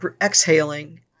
exhaling